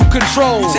control